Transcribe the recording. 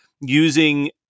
using